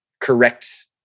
correct